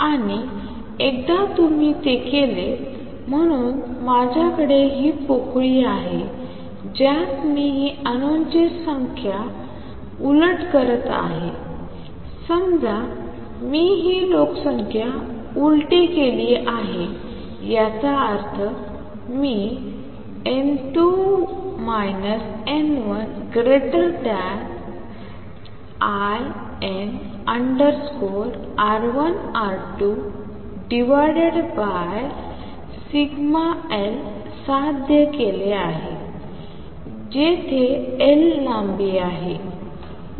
आणि एकदा तुम्ही ते केलेत म्हणून माझ्याकडे ही पोकळी आहे ज्यात मी ही अणूंची लोकसंख्या उलट करत आहे आणि समजा मी ही लोकसंख्या उलटी केली आहे याचा अर्थ मी n2 n1ln√σL साध्य केले आहे जेथे L लांबी आहे